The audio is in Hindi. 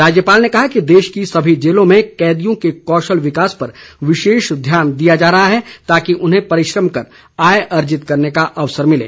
राज्यपाल ने कहा कि देश की समी जेलों में कैदियों के कौशल विकास पर विशेष ध्यान दिया जा रहा है ताकि उन्हें परिश्रम कर आय अर्जित करने का अवसर मिले